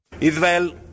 Israel